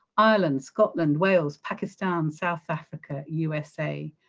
ireland, scotland, wales, pakistan, south africa, usa.